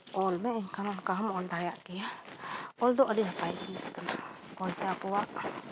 ᱚᱞ ᱢᱮ ᱮᱱᱠᱷᱟᱱ ᱫᱚ ᱚᱱᱠᱟ ᱦᱚᱸᱢ ᱚᱞ ᱫᱟᱲᱮᱭᱟᱜ ᱜᱮᱭᱟ ᱚᱞ ᱫᱚ ᱟᱹᱰᱤ ᱱᱟᱯᱟᱭ ᱡᱤᱱᱤᱥ ᱠᱟᱱᱟ ᱚᱞᱛᱮ ᱟᱵᱚᱣᱟᱜ